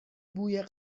بوی